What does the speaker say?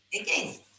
again